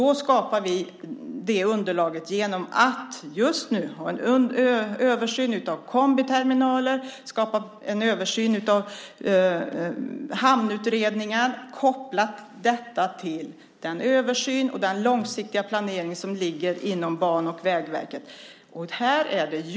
Underlaget skapar vi genom att just nu ha en översyn av kombiterminaler och hamnutredningar kopplat till den översyn och den långsiktiga planering som finns inom Banverket och Vägverket.